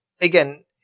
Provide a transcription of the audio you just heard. again